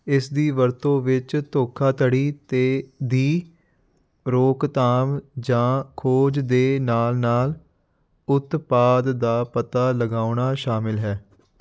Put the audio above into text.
ਇਸਦੀ ਵਰਤੋਂ ਵਿੱਚ ਧੋਖਾਧੜੀ ਤੇ ਦੀ ਰੋਕਥਾਮ ਜਾਂ ਖੋਜ ਦੇ ਨਾਲ ਨਾਲ ਉਤਪਾਦ ਦਾ ਪਤਾ ਲਗਾਉਣਾ ਸ਼ਾਮਲ ਹੈ